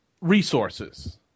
resources